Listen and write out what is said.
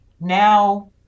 Now